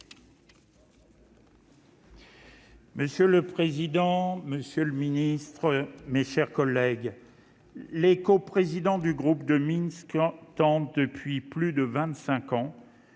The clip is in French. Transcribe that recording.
Monsieur le président, monsieur le secrétaire d'État, mes chers collègues, les coprésidents du groupe de Minsk tentent depuis plus de